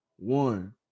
One